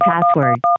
password